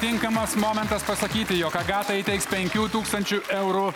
tinkamas momentas pasakyti jog agata įteiks penkių tūkstančių eurų